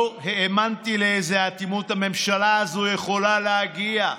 לא האמנתי לאיזו אטימות הממשלה הזו יכולה להגיע.